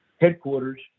headquarters